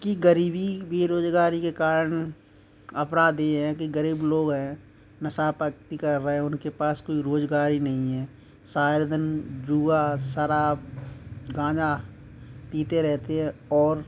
कि गरीबी बेरोजगारी के कारण अपराधी हैं कि गरीब लोग है नशा पाती कर रहे हैं उनके पास कोई रोजगार ही नहीं हैं सारे दिन जुआ शराब गांजा पीते रहते हैं और